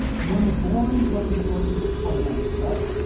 you learn the boring but important fundamentals, right?